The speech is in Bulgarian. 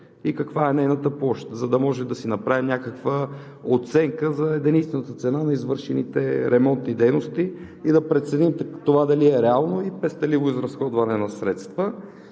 и каква е нейната площ? За да можем да си направим някаква оценка за единичната цена на извършените ремонтни дейности и да преценим дали това е реално и пестеливо изразходване на средства.